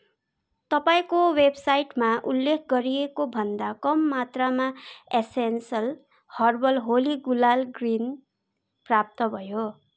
तपाईँको वेबसाइटमा उल्लेख गरिएको भन्दा कम मात्रामा essential herbal Holi gulal green प्राप्त भयो